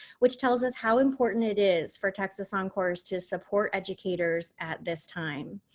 which tells us how important it is for texas oncourse to support educators at this time.